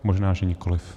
Možná že nikoliv.